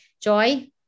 Joy